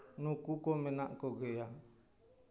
ᱱᱩᱠᱩ ᱠᱚ ᱢᱮᱱᱟᱜ ᱠᱚᱜᱮᱭᱟ